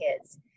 kids